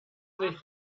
nicht